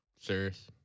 Serious